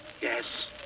Yes